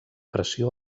pressió